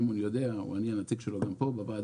שמעון יודע, אני הנציג שלו פה בוועדה.